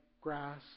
grass